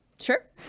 Sure